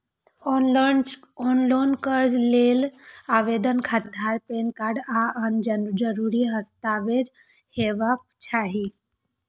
ऑनलॉन कर्ज लेल आवेदन खातिर आधार, पैन कार्ड आ आन जरूरी दस्तावेज हेबाक चाही